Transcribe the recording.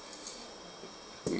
we